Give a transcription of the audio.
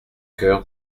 coeur